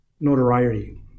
notoriety